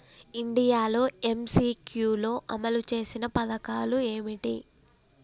India MCQ లో అమలు చేసిన పథకాలు ఏమిటి?